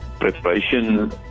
Preparation